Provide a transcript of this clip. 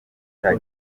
cya